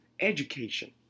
education